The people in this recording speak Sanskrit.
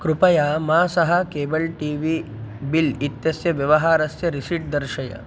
कृपया मासः केबल् टी वी बिल् इत्यस्य व्यवहारस्य रिशीट् दर्शय